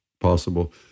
possible